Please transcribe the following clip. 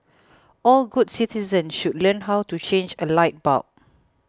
all good citizens should learn how to change a light bulb